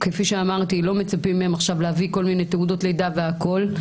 כפי שאמרתי לא מצפים מהם עכשיו להביא כל מיני תעודות לידה והכול,